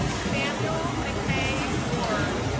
samuel mckay ward